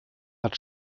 hat